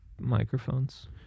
microphones